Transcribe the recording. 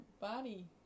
body